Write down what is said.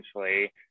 essentially